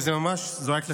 וזה ממש זועק לשמיים.